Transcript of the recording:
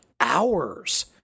hours